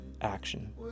action